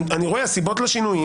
אני רואה את הסיבות לשינויים,